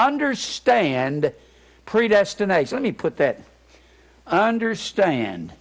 understand predestination let me put that i understand